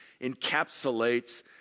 encapsulates